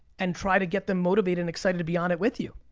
and try to get them motivated and excited to be on it with you.